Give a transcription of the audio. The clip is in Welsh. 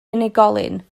unigolyn